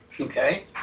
Okay